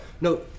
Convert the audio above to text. no